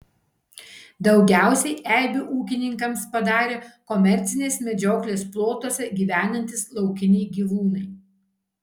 daugiausiai eibių ūkininkams padarė komercinės medžioklės plotuose gyvenantys laukiniai gyvūnai